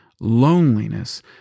loneliness